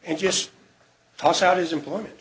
and just toss out his employment